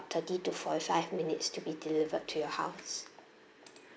thirty to forty five minutes to be delivered to your house